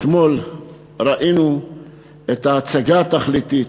אתמול ראינו את ההצגה התכליתית: